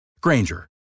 Granger